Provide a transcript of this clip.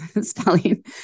spelling